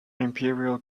imperial